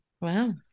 Wow